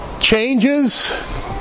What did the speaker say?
changes